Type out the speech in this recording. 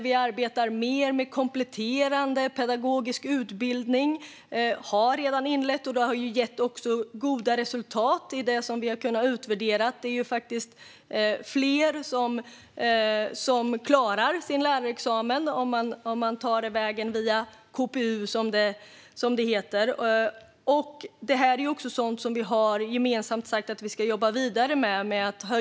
Vi arbetar mer med kompletterande pedagogisk utbildning. Vi har redan inlett det arbetet, och det har också gett goda resultat i det som vi har kunnat utvärdera. Det är faktiskt fler som klarar sin lärarexamen om de går via KPU, som det heter. Att höja studietakten och ha en lite kortare KPU är också sådant som vi gemensamt har sagt att vi ska jobba vidare med.